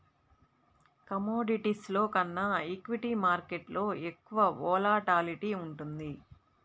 కమోడిటీస్లో కన్నా ఈక్విటీ మార్కెట్టులో ఎక్కువ వోలటాలిటీ ఉంటుంది